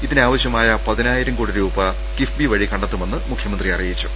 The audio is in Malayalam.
ഇതിനാവശ്യമായ പതിനായിരം കോടി രൂപ കിഫ്ബി വഴി കണ്ടെത്തു മെന്ന് മുഖ്യമന്ത്രി അറിയിച്ചു